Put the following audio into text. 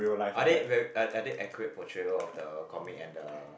are there are are there accurate portrayal of the comic and the